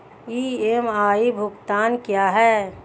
EMI भुगतान क्या है?